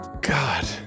God